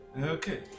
Okay